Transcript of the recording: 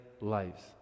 lives